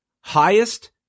highest